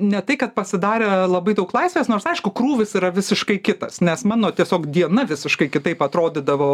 ne tai kad pasidarė labai daug laisvės nors aišku krūvis yra visiškai kitas nes mano tiesiog diena visiškai kitaip atrodydavo